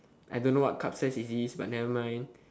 I don't know what cup size is this but nevermind